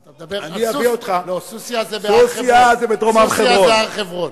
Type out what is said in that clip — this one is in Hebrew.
לא, סוסיא זה בהר-חברון.